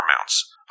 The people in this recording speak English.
mounts